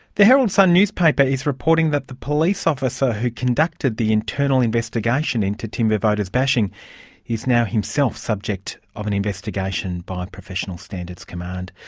the herald sun newspaper is reporting that the police officer who conducted the internal investigation into tim vivoda's bashing is now himself subject of an investigation by professional standards command.